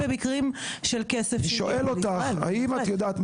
אני שואל אותך האם את יודעת,